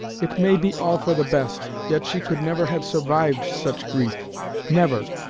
it may be all for the best, yet she could never have survived such grief never!